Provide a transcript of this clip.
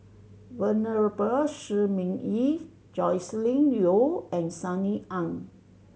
Venerable Shi Ming Yi Joscelin Yeo and Sunny Ang